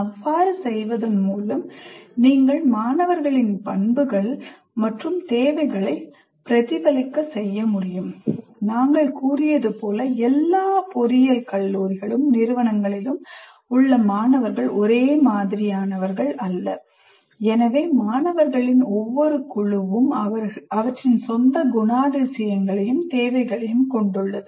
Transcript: அவ்வாறு செய்வதன் மூலம் நீங்கள் மாணவர்களின் பண்புகள் மற்றும் தேவைகளைப் பிரதிபலிக்க செய்ய முடியும் நாங்கள் சொன்னது போல் எல்லா நிறுவனங்களிலும் உள்ள மாணவர்கள் ஒரே மாதிரியானவர்கள் அல்ல எனவே மாணவர்களின் ஒவ்வொரு குழுவும் அவற்றின் சொந்த குணாதிசயங்களையும் தேவைகளையும் கொண்டுள்ளது